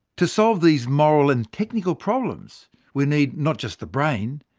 to solve these moral and technical problems we'll need not just the brain,